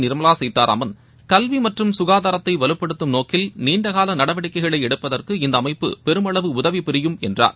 நிர்மவா சீதாராமன் கல்வி மற்றும் சுகாதாரத்தை வலுப்படுத்தும் நோக்கில் நீண்டகால நடவடிக்கைகளை எடுப்பதற்கு இந்த அமைப்பு பெருமளவு உதவிபுரியும் என்றார்